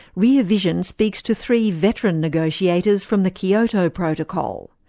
rear vision speaks to three veteran negotiators from the kyoto protocol.